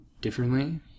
differently